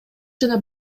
жана